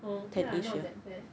oh okay lah not that bad